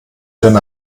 denn